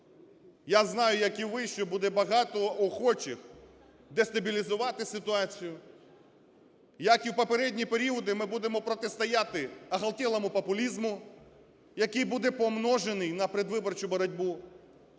Я знаю, як і ви, що буде багато охочих дестабілізувати ситуацію. Як і в попередні періоди, ми будемо протистояти "оголтелому популизму", який буде помножений на передвиборчу боротьбу.